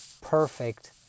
perfect